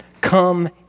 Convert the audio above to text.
Come